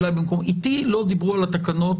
אולי במקום אחר - איתי לא דיברו על התקנות